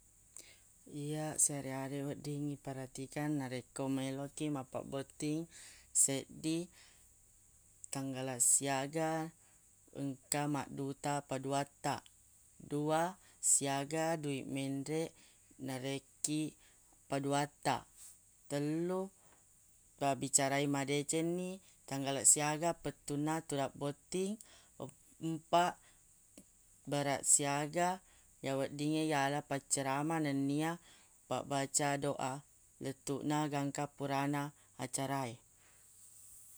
Iya seareq-areq wedding iperatikang narekko melo kiq mappabbotting seddi tanggalaq siaga engka madduta paduattaq dua siaga dui menreq narekkiq paduattaq tellu pabbicarai madeceng ni tanggalaq siaga pettunna tudang botting op- empa beraq siaga ya weddingnge yala paccarama nennia pabbaca doa lettuq na gangka purana acara e